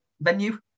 venue